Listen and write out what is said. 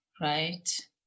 right